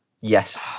Yes